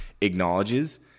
acknowledges